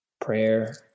prayer